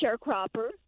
sharecropper